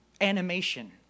animation